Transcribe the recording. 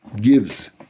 gives